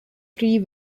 three